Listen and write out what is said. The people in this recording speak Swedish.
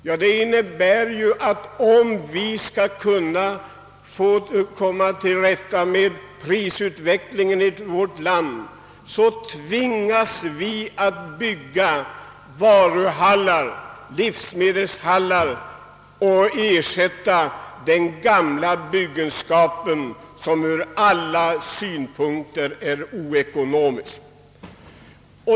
Jo, det innebär att om vi skall kunnna komma till rätta med prisutvecklingen i vårt land tvingas vi att bygga livsmedelshallar och ersätta den gamla byggenskapen som ur alla synpunkter är oekonomisk.